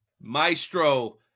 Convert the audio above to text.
maestro